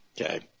Okay